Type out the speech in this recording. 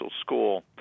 school